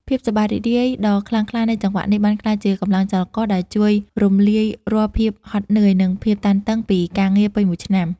ភាពសប្បាយរីករាយដ៏ខ្លាំងក្លានៃចង្វាក់នេះ បានក្លាយជាកម្លាំងចលករដែលជួយរំលាយរាល់ភាពនឿយហត់ និងភាពតានតឹងពីការងារពេញមួយឆ្នាំ។